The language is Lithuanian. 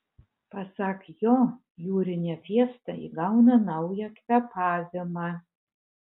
pasak jo jūrinė fiesta įgauna naują kvėpavimą